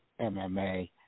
MMA